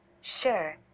Sure